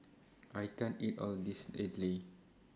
I can't eat All of This Idly